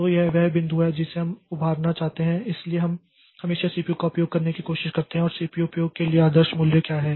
तो यह वह बिंदु है जिसे हम उभारना चाहते हैं इसलिए हम हमेशा सीपीयू का उपयोग करने की कोशिश करते हैं और सीपीयू उपयोग के लिए आदर्श मूल्य क्या है